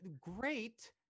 great